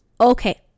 okay